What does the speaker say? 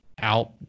out